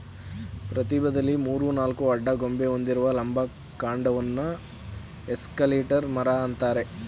ಪ್ರತಿ ಬದಿಲಿ ಮೂರು ನಾಲ್ಕು ಅಡ್ಡ ಕೊಂಬೆ ಹೊಂದಿರುವ ಲಂಬ ಕಾಂಡವನ್ನ ಎಸ್ಪಾಲಿಯರ್ ಮರ ಅಂತಾರೆ